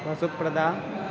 वसुप्रदा